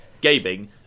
gaming